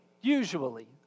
usually